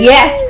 Yes